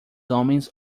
homens